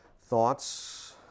thoughts